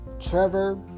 Trevor